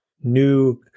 new